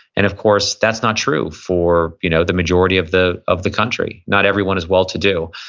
and of course, that's not true for you know the majority of the of the country. not everyone is well to do.